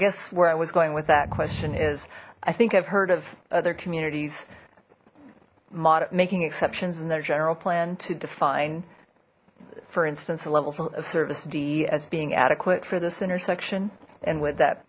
guess where i was going with that question is i think i've heard of other communities making exceptions in their general plan to define for instance the levels of service d as being adequate for this intersection and would that